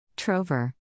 Trover